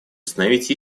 установить